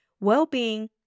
Well-being